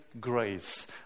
grace